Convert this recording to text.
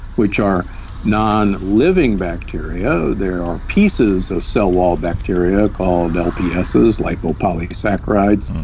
which are non-living bacteria. there are pieces of cell wall bacteria called lpss, lipopolysaccharides.